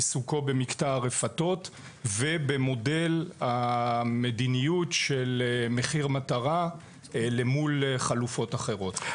עיסוקו במקטע הרפתות ובמודל המדיניות של מחיר מטרה למול חלופות אחרות,